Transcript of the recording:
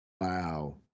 Wow